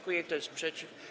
Kto jest przeciw?